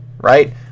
right